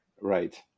right